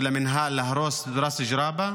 המינהל להרוס את ראס ג'ראבה